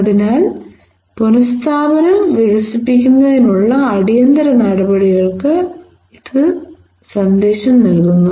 അതിനാൽ പുനസ്ഥാപനം വികസിപ്പിക്കുന്നതിനുള്ള അടിയന്തര നടപടികൾക്ക് ഇത് സന്ദേശം നൽകുന്നു